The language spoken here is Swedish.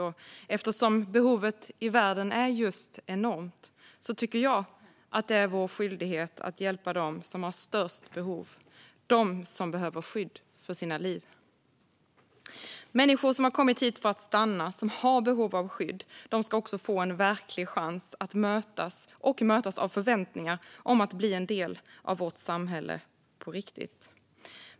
Och eftersom behovet i världen är enormt tycker jag att det är vår skyldighet att hjälpa dem som har störst behov, dem som behöver skydd för sina liv. Människor som har kommit hit för att stanna, som har behov av skydd, ska också få en verklig chans och mötas av förväntningar om att bli en del av vårt samhälle på riktigt.